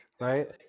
Right